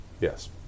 yes